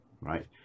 right